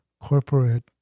corporate